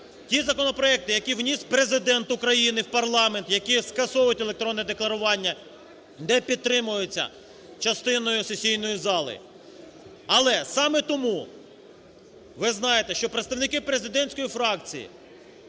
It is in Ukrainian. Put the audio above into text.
ті законопроекти, які вніс Президент України в парламент, які скасовують електронне декларування, не підтримуються частиною сесійної зали. Але саме тому, ви знаєте, що представники президентської фракції